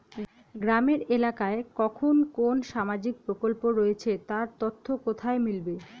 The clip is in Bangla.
গ্রামের এলাকায় কখন কোন সামাজিক প্রকল্প রয়েছে তার তথ্য কোথায় মিলবে?